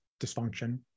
dysfunction